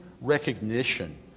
recognition